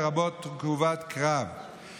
לרבות תגובת קרב,